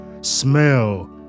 smell